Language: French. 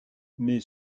mais